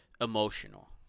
emotional